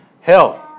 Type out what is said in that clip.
health